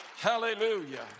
Hallelujah